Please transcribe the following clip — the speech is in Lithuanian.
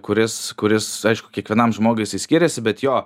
kuris kuris aišku kiekvienam žmogui jisai skiriasi bet jo